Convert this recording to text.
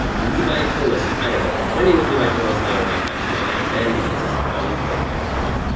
levi tollis from idaho, my name is levi tollis and i got a backpack for my dad, ben, because he's always been there for me.